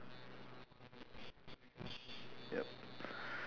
yup